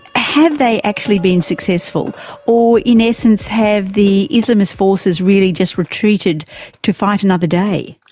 have they actually been successful or, in essence, have the islamist forces really just retreated to fight another day?